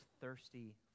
thirsty